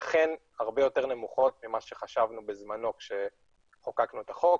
הן אכן הרבה יותר נמוכות ממה שחשבנו בזמנו כשחוקקנו את החוק,